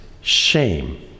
shame